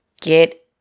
get